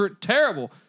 terrible